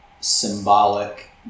symbolic